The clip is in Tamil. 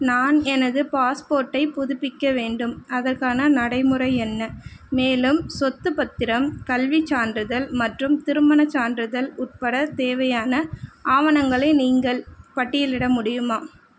நான் எனது பாஸ்போர்ட்டை புதுப்பிக்க வேண்டும் அதற்கான நடைமுறை என்ன மேலும் சொத்துப்பத்திரம் கல்விச் சான்றிதழ் மற்றும் திருமணச் சான்றிதழ் உட்பட தேவையான ஆவணங்களை நீங்கள் பட்டியலிட முடியுமா